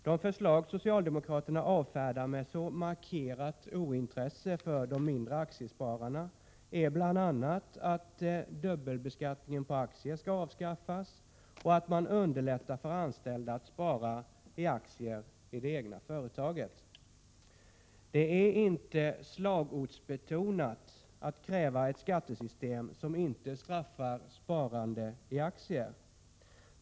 De förslag socialdemokraterna avfärdar med så markerat ointresse för de mindre aktiespararna är bl.a. - att avskaffa dubbelbeskattningen på aktier och = att underlätta för anställda att spara i aktier i det egna företaget. Det är inte ”slagordsbetonat” att kräva ett skattesystem som inte straffar sparande i aktier.